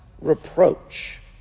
reproach